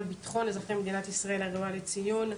ביטחון אזרחי מדינת ישראל הראוייה לציון.